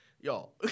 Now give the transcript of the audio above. y'all